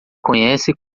conhece